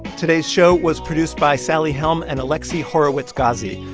today's show was produced by sally helm and alexi horowitz-ghazi.